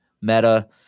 Meta